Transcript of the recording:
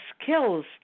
skills